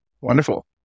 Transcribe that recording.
Wonderful